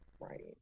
Right